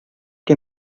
que